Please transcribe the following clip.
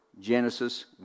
Genesis